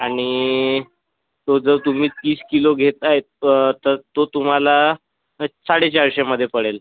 आणि तो जर तुम्ही तीस किलो घेत आहे तर तो तुम्हाला साडे चारशेमधे पडेल